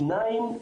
שתיים,